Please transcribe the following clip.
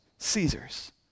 Caesars